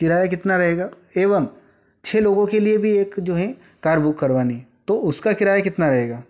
किराया कितना रहेगा एवम छः लोगों के लिए भी एक जो है कार बुक करवानी है तो उसका किराया कितना रहेगा